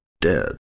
dead